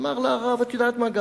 אמר לה הרב: את יודעת מה?